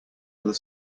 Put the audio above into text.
other